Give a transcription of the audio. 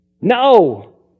No